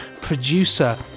producer